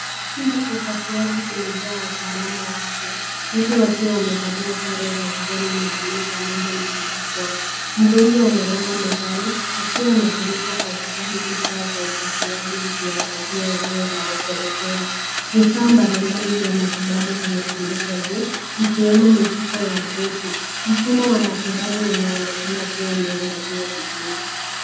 Chumba cha wataalamu kimejaa wataalamu wa afya wote wakiwa wamevaa sare za kijani na buluu pamoja na barakoa. Mgonjwa amelala mezani akiwa amefunikwa kwa shuka huku taa za upasuaji zikiangazia eneo la oparesheni. Vifaa mbalimbali vya matibabu vimetundikwa juu vikiwemo mifuko ya dripu. Mfumo wa matibabu unaonekana kuwa umeandaliwa vizuri.